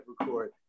record